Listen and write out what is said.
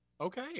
Okay